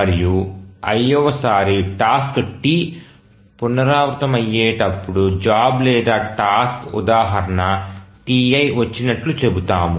మరియు iవ సారి టాస్క్ t పునరావృతమయ్యేటప్పుడు జాబ్ లేదా టాస్క్ ఉదాహరణకు Ti వచ్చినట్లు చెబుతాము